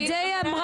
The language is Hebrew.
את זה היא אמרה.